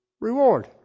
reward